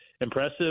impressive